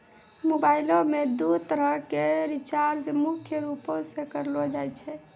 मोबाइलो मे दू तरह के रीचार्ज मुख्य रूपो से करलो जाय छै